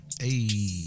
Hey